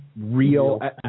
real